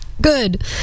Good